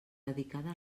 dedicada